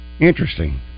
Interesting